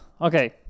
Okay